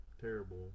terrible